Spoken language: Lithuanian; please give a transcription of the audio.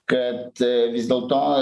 kad vis dėl to